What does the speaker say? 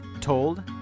told